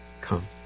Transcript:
come